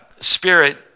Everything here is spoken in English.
spirit